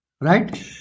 right